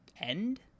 End